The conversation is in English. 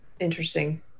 interesting